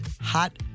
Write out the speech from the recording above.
Hot